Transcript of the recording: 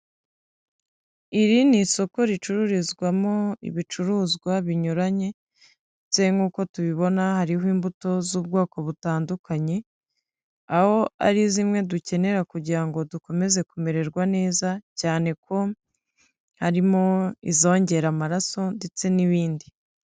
Iri ni isoko ricururizwamo ibicuruzwa binyuranye ndetse nk'uko tubibona hariho imbuto z'ubwoko butandukanye, aho ari zimwe dukenera kugira ngo dukomeze kumererwa neza cyane ko, harimo izongera amaraso ndetse n'ibindi.